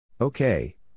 Okay